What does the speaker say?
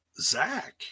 Zach